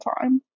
time